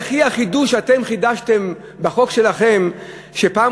וכי החידוש שאתם חידשתם בחוק שלכם שפעם